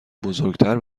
بزرگتر